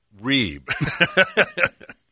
Reeb